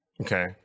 okay